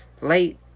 late